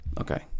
Okay